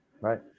right